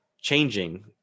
changing